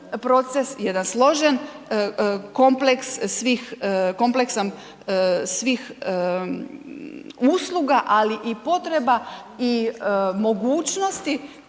svih kompleksan svih usluga, ali i potreba i mogućnosti